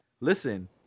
listen